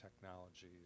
technology